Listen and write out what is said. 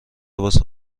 واسه